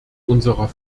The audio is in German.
unserer